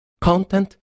content